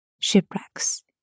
Shipwrecks